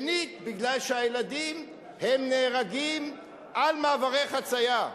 שנית, כי הילדים נהרגים במעברי חצייה.